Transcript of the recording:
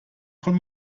von